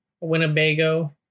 Winnebago